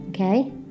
Okay